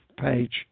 page